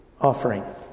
offering